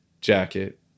jacket